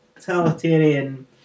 totalitarian